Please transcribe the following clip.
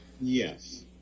Yes